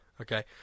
Okay